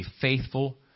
faithful